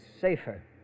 safer